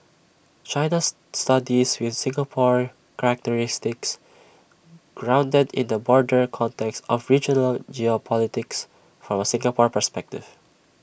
China's studies with Singapore characteristics grounded in the broader context of regional geopolitics from A Singapore perspective